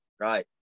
Right